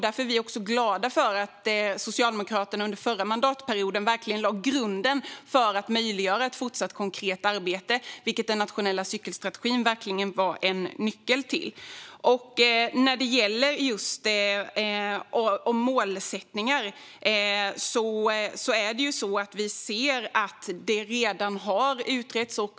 Därför är vi glada över att Socialdemokraterna under förra mandatperioden lade grunden för ett fortsatt konkret arbete, vilket den nationella cykelstrategin var en nyckel till. Frågan om målsättningar har redan utretts.